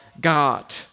God